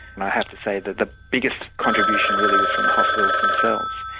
and i have to say, the the biggest contribution really was from hospitals themselves.